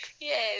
yes